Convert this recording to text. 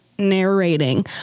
narrating